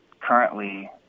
currently